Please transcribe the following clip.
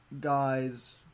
guy's